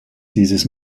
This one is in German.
dieses